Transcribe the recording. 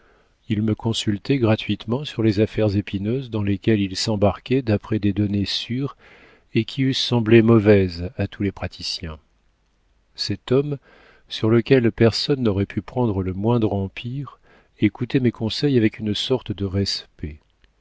il me consultait gratuitement sur les affaires épineuses dans lesquelles il s'embarquait d'après des données sûres et qui eussent semblé mauvaises à tous les praticiens cet homme sur lequel personne n'aurait pu prendre le moindre empire écoutait mes conseils avec une sorte de respect